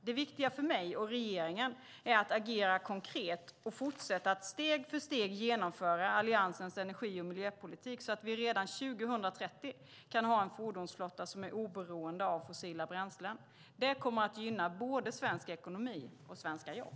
Det viktiga för mig och regeringen är att agera konkret och fortsätta att steg för steg genomföra Alliansens energi och miljöpolitik så att vi redan 2030 kan ha en fordonsflotta som är oberoende av fossila bränslen. Det kommer att gynna både svensk ekonomi och svenska jobb.